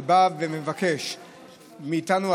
שבא ומבקש מאיתנו,